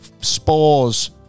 spores